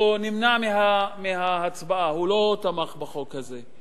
הוא נמנע מההצבעה, הוא לא תמך בחוק הזה.